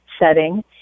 setting